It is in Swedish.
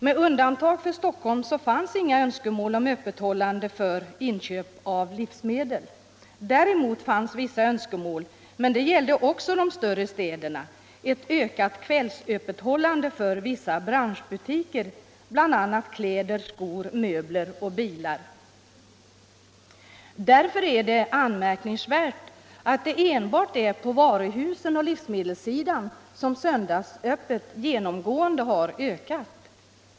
Med undantag för Stockholm fanns inga önskemål om öppethållande för inköp av livsmedel. Däremot fanns vissa önskemål — men det gällde också de större städerna — om ökat kvällsöppethållande inom en del branscher, bl.a. för affärer som säljer kläder, skor, möbler och bilar. Därför är det anmärkningsvärt att det enbart är på varuhusoch livsmedelssidan som söndagsöppethållande genomgående har ökat.